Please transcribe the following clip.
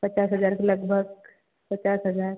पचास हजार के लगभग पचास हजार